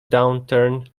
downturn